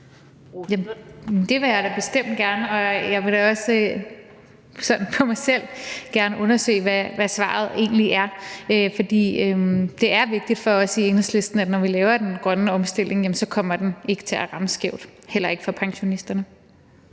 Det vil jeg da bestemt gerne, og jeg vil da også sådan for mig selv gerne undersøge, hvad svaret egentlig er. For det er vigtigt for os i Enhedslisten, når vi laver den grønne omstilling, at den så ikke kommer til at ramme skævt, heller ikke for pensionisterne.